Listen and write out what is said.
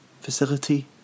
facility